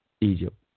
Egypt